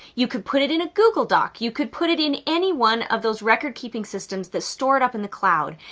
you could put it in a google doc, you could put it in any one of those record keeping systems that store it up in the cloud.